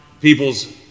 people's